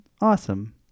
awesome